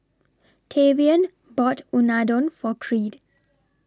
Tavion bought Unadon For Creed